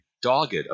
dogged